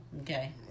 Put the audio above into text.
okay